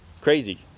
crazy